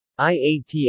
IATA